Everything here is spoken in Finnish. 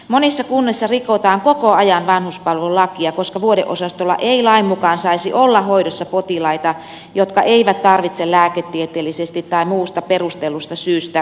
monissa kunnissa rikotaan koko ajan vanhuspalvelulakia koska vuodeosastolla ei lain mukaan saisi olla hoidossa potilaita jotka eivät tarvitse lääketieteellisesti tai muusta perustellusta syystä vuodeosastopaikkaa